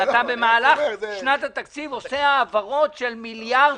במהלך שנת התקציב אתה עושה העברות של מיליארדים,